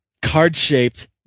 card-shaped